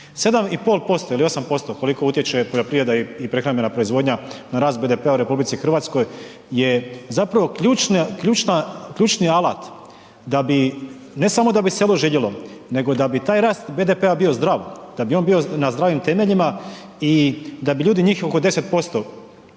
7,5% ili 8%, koliko utječe poljoprivreda i prehrambena proizvodnja na rast BDP-a u RH je zapravo ključni alat da bi, ne samo da bi se ovo željelo, nego da bi taj rast BDP-a bio zdrav. Da bi on bio na zdravim temeljima i da bi ljudi, njih oko 10%